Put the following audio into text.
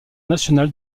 national